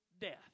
death